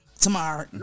tomorrow